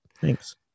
Thanks